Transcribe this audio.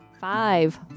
Five